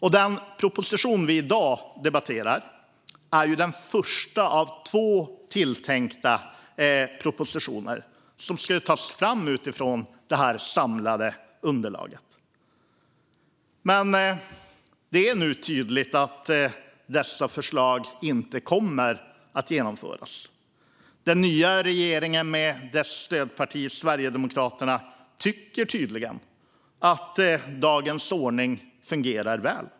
Den proposition som vi i dag debatterar är den första av två tilltänkta propositioner som skulle tas fram utifrån detta samlade underlag. Men det är nu tydligt att dessa förslag inte kommer att genomföras. Den nya regeringen och dess stödparti Sverigedemokraterna tycker tydligen att dagens ordning fungerar väl.